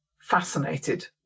fascinated